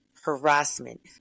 harassment